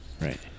Right